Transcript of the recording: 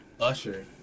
Usher